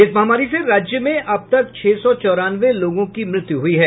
इस महामारी से राज्य में अब तक छह सौ चौरानवे लोगों की मृत्यु हुई है